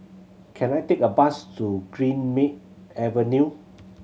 can I take a bus to Greenmead Avenue